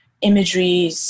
imagery